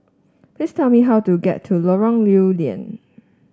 please tell me how to get to Lorong Lew Lian